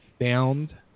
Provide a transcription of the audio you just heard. found